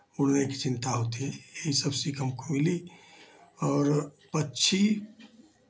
उड़ने की चिंता होती है यही सब सीख हमको मिली और पक्षी